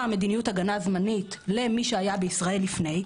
מדיניות הגנה זמנית למי שהיה בישראל לפני,